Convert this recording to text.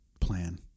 plan